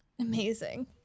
Amazing